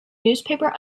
newspaper